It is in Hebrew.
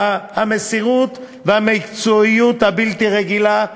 המסירות והמקצועיות הבלתי-רגילות,